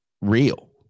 real